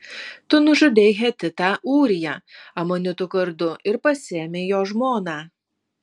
tu nužudei hetitą ūriją amonitų kardu ir pasiėmei jo žmoną